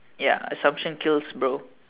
ya assumption kills bro